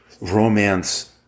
romance